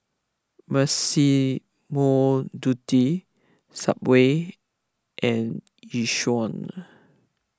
Massimo Dutti Subway and Yishion